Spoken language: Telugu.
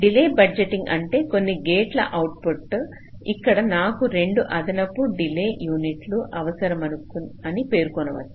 డిలే బడ్జెటింగ్ అంటే కొన్ని గేట్ల ఔట్పుట్ ఇక్కడ నాకు 2 అదనపు డిలే యూనిట్లు అవసరమని పేర్కొనవచ్చు